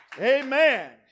Amen